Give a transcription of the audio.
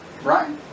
Right